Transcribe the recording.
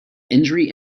injury